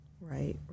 Right